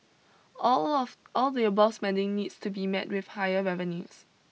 all of all the above spending needs to be met with higher revenues